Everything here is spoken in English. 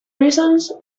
reasons